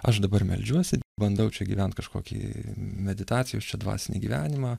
aš dabar meldžiuosi bandau čia gyvent kažkokį meditacijos čia dvasinį gyvenimą